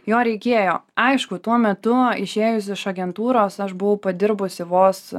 jo reikėjo aišku tuo metu išėjusi iš agentūros aš buvau padirbusi vos